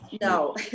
no